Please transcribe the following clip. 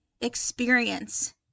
experience